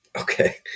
okay